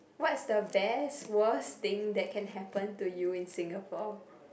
what's the best worst thing that can happen to you in Singapore